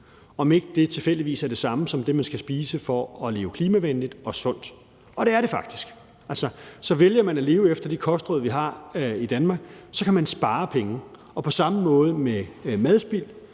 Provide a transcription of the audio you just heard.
ikke tilfældigvis er det samme som det, man skal spise for at leve klimavenligt og sundt. Og det er det faktisk. Så vælger man at leve efter de kostråd, vi har i Danmark, kan man spare penge. På samme måde med madspild